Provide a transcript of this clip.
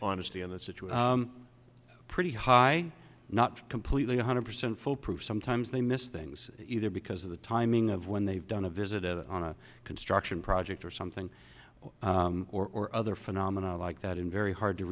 situation pretty high not completely one hundred percent foolproof sometimes they miss things either because of the timing of when they've done a visit on a construction project or something or other phenomena like that in very hard to